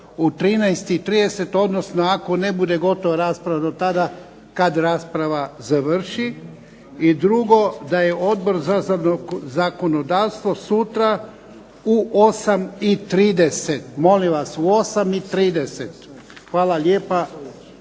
u 13,30 odnosno ako ne bude gotova rasprava do tada, kad rasprava završi. I drugo, da je Odbor za zakonodavstvo sutra u 8,30. Molim vas u 8,30. Hvala lijepa.